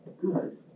Good